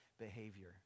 behavior